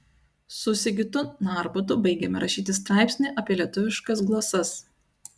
su sigitu narbutu baigėme rašyti straipsnį apie lietuviškas glosas